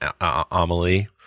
Amelie